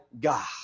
God